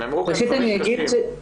נאמרו כאן דברים קשים.